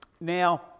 Now